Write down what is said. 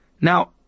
Now